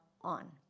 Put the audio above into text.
on